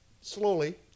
Slowly